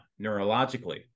neurologically